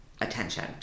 attention